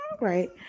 Right